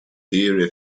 hear